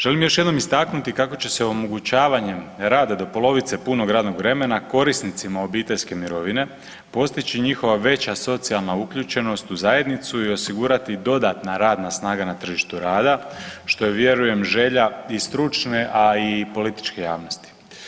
Želim još jednom istaknuti kako će se omogućavanjem rada do polovice punog radnog vremena korisnicima obiteljske mirovine postići njihova veća socijalna uključenost u zajednicu i osigurati dodatna radna snaga na tržištu rada, što je vjerujem želja i stručne, a i političke javnosti.